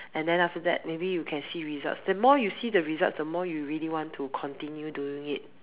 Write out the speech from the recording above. and then after that maybe you can see results the more you see the results the more you really want to continue doing it